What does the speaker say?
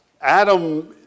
Adam